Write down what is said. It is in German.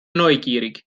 neugierig